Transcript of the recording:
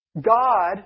God